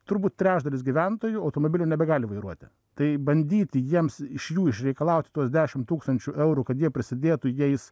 turbūt trečdalis gyventojų automobilio nebegali vairuoti tai bandyti jiems iš jų išreikalauti tuos dešimt tūkstančių eurų kad jie prisidėtų jais